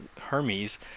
Hermes